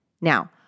Now